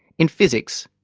in physics,